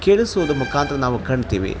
ಕೇಳಿಸೋದು ಮುಖಾಂತ್ರ ನಾವು ಕಾಣ್ತೀವಿ